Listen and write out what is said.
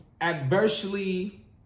Adversely